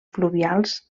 fluvials